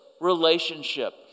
relationship